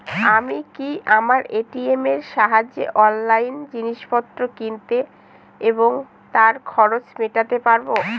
আমি কি আমার এ.টি.এম এর সাহায্যে অনলাইন জিনিসপত্র কিনতে এবং তার খরচ মেটাতে পারব?